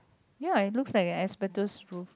ya it looks like an asbestos roof